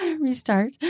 restart